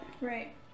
right